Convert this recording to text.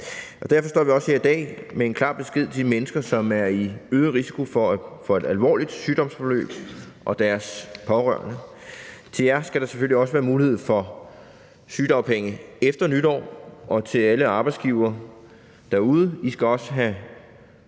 Derfor står vi også her i dag med en klar besked til de mennesker, som er i øget risiko for et alvorligt sygdomsforløb, og deres pårørende: Til jer skal der selvfølgelig også være mulighed for sygedagpenge efter nytår. Og alle arbejdsgivere derude: I skal også have